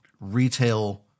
retail